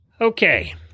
Okay